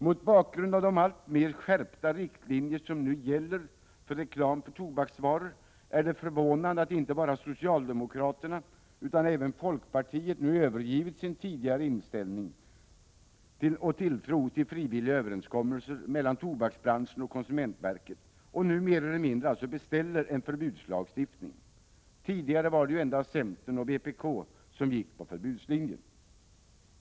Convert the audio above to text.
Mot bakgrund av de alltmer skärpta riktlinjer som nu gäller för reklam för tobaksvaror är det förvånande att inte bara socialdemokraterna utan även folkpartiet nu har övergivit sin tidigare inställning och tilltro till frivilliga överenskommelser mellan tobaksbranschen och konsumentverket och nu mer eller mindre beställer en förbudslagstiftning. Tidigare var det ju endast centern och vpk som gick på förbudslinjen.